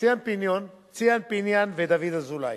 ציון פיניאן ודוד אזולאי,